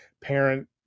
parent